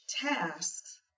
tasks